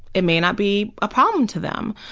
it may not be a problem to them.